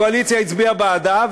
הקואליציה הצביעה בעדה,